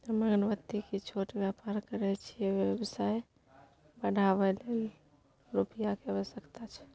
हम अगरबत्ती के छोट व्यापार करै छियै व्यवसाय बढाबै लै रुपिया के आवश्यकता छै?